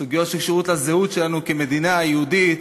סוגיות שקשורות לזהות שלנו כמדינה יהודית,